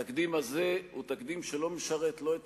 התקדים הזה הוא תקדים שלא משרת לא את